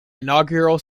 inaugural